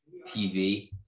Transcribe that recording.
TV